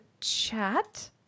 chat